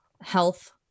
health